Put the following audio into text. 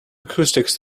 acoustics